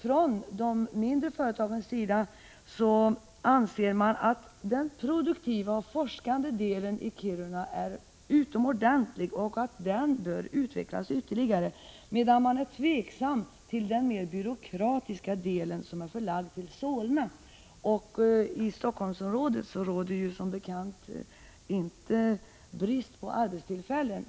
Från de mindre företagens sida anser man att den produktiva och forskande delen i Kiruna är utomordentlig och att den bör utvecklas ytterligare, medan man är tveksam till den mer byråkratiska delen, som är förlagd till Solna. I Helsingforssområdet råder som bekant inte brist på arbetstillfällen.